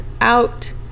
out